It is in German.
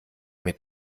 mir